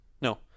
No